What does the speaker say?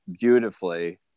beautifully